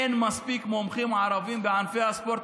אין מספיק מומחים ערבים בענפי הספורט